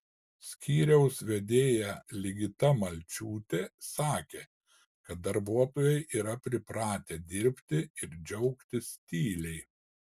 skyriaus vedėja ligita malciūtė sakė kad darbuotojai yra pripratę dirbti ir džiaugtis tyliai